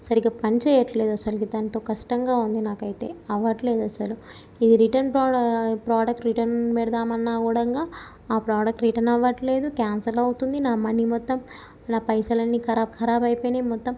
సరిగా పనిచేయట్లేదు అస్సలు దాంతో కష్టంగా ఉంది నాకైతే అవ్వట్లేదు అస్సలు ఇది రిటర్న్ ప్రో ప్రోడక్ట్ రిటర్న్ పెడదామన్నా కూడా ఆ ప్రోడక్ట్ రిటర్న్ అవ్వట్లేదు క్యాన్సిల్ అవుతుంది నా మనీ మొత్తం నా పైసలన్నీ ఖరాబ్ ఖరాబ్ అయిపోయాయి మొత్తం